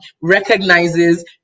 recognizes